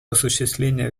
осуществления